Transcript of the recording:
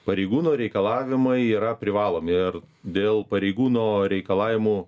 pareigūno reikalavimai yra privalomi ir dėl pareigūno reikalavimų